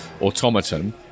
automaton